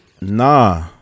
Nah